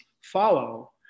follow